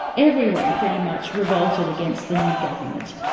everyone pretty much revolted against the new government.